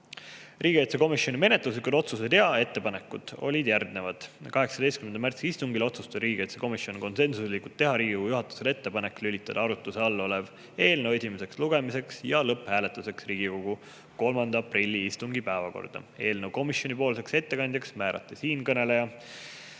Riigikaitsekomisjoni menetluslikud otsused ja ettepanekud olid järgnevad. 18. märtsi istungil otsustas riigikaitsekomisjon konsensuslikult teha Riigikogu juhatusele ettepaneku lülitada arutluse all olev eelnõu esimeseks lugemiseks ja lõpphääletuseks Riigikogu 3. aprilli istungi päevakorda. Eelnõu komisjonipoolseks ettekandjaks määrati siinkõneleja.